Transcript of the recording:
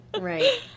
Right